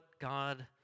God